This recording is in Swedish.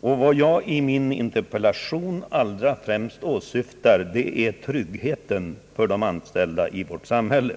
Vad jag främst åsyftar med min interpellation är just tryggheten för de anställda i vårt samhälle.